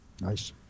Nice